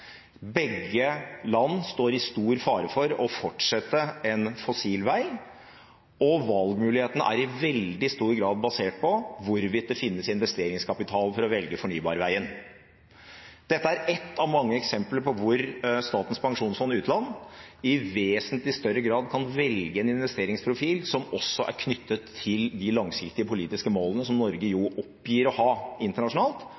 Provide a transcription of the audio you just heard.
begge land står i stor fare for å fortsette en fossil vei og valgmulighetene er i veldig stor grad basert på hvorvidt det finnes investeringskapital for å velge fornybarveien. Dette er ett av mange eksempler hvor Statens pensjonsfond utland i vesentlig større grad kan velge en investeringsprofil som også er knyttet til de langsiktige politiske målene som Norge oppgir å ha internasjonalt,